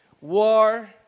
War